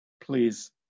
please